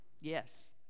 Yes